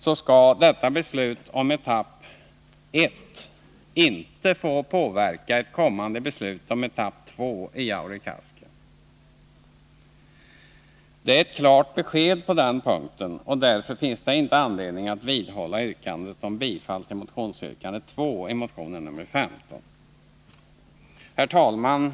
så skall detta beslut om etapp ett inte få påverka ett kommande beslut om etapp två i Jaurekaska. Det är ett klart besked på den punkten, och därför finns det inte anledning att vidhålla kravet om bifall till yrkande 2 i motion 15. Herr talman!